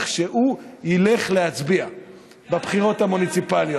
שהוא ילך להצביע בבחירות המוניציפליות.